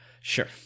Sure